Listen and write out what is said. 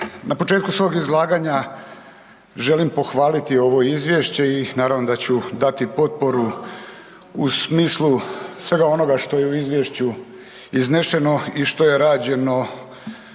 Na početku svog izlaganja želim pohvaliti ovo izvješće i naravno da ću dati potporu u smislu svega onoga što je u izvješću iznešeno i što je rađeno